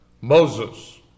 Moses